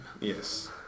Yes